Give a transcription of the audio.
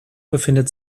befindet